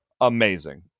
amazing